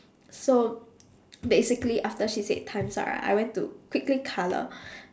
so basically after she said time's up right I went to quickly colour